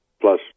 plus